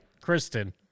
Kristen